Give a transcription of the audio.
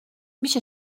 میشه